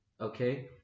okay